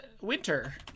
winter